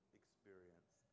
experience